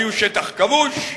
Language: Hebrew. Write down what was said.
הן היו שטח כבוש,